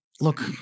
Look